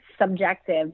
subjective